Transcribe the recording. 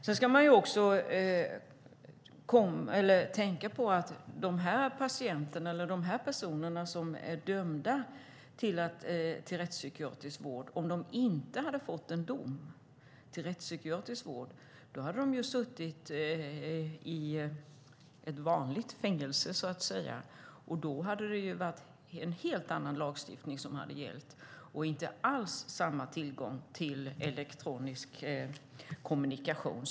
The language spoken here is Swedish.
Sedan ska man också tänka på att om de här personerna inte hade blivit dömda till rättspsykiatrisk vård hade de suttit i ett vanligt fängelse. Då hade en helt annan lagstiftning gällt, och de hade inte alls haft samma tillgång till elektronisk kommunikation.